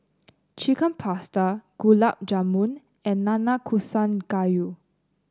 Chicken Pasta Gulab Jamun and Nanakusa Gayu